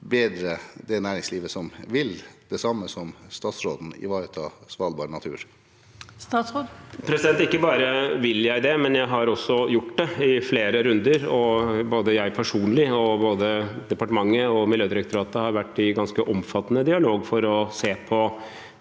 forbedre det næringslivet som vil det samme som statsråden, nemlig ivareta Svalbards natur? Statsråd Espen Barth Eide Ikke bare vil jeg det, men jeg har også gjort det i flere runder. Både jeg personlig og departementet og Miljødirektoratet har vært i ganske omfattende dialog for å se på